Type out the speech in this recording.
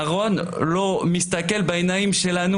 לנו שהוא מתפתח בצורה טובה מאוד לגילו,